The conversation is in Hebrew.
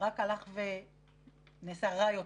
רק הלכו ונעשו רע יותר.